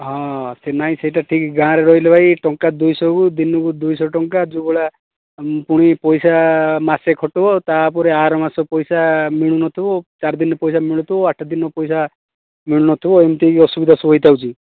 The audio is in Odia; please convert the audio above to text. ହଁ ନାଇଁ ସେଇଟା ଠିକ୍ ଗାଁ ରେ ରହିଲେ ଭାଇ ଟଙ୍କା ଦୁଇ ଶହକୁ ଦିନକୁ ଦୁଇ ଶହ ଟଙ୍କା ଯେଉଁ ଭଳିଆ ପୁଣି ପଇସା ମାସେ ଖଟିବ ତାପରେ ଆର ମାସ ପଇସା ମିଳୁନଥିବ ଚାରି ଦିନ ପରେ ମିଳୁଥିବ ଆଠ ଦିନ ପଇସା ମିଳୁନଥିବ ଏମିତି ଅସୁବିଧା ସବୁ ହେଇଥାଉଛି